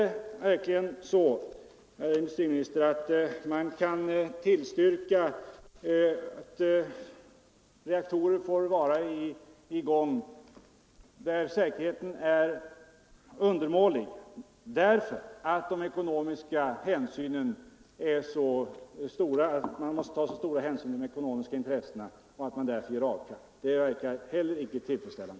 Kan man verkligen, herr industriminister, tillstyrka att reaktorer får vara i gång där säkerheten kan befaras vara undermålig, därför att man måste ta så stora hänsyn till de ekonomiska intressena? Det verkar heller icke tillfredsställande.